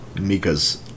Mika's